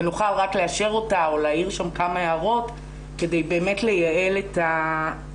ונוכל רק לאשר אותה או להעיר שם כמה הערות כדי באמת לייעל את העניין.